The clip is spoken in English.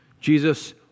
Jesus